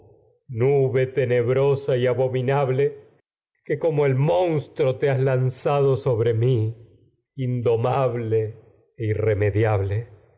tenebrosa has abominable que e como te lanzado sobre mi indomable irreme